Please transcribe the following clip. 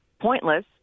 pointless